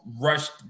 rushed